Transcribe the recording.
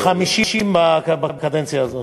50 בקדנציה הזאת.